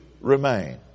remain